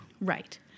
Right